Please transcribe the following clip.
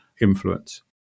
influence